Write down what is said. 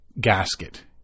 gasket